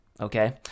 Okay